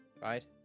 right